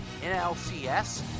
NLCS